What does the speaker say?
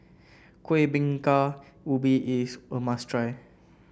Kuih Bingka Ubi is a must try